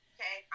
Okay